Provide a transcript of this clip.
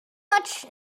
pretty